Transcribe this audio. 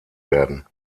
werden